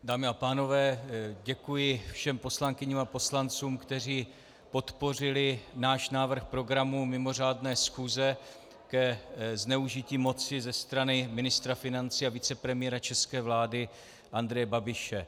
Dámy a pánové, děkuji všem poslankyním a poslancům, kteří podpořili náš návrh programu mimořádné schůze ke zneužití moci ze strany ministra financí a vicepremiéra české vlády Andreje Babiše.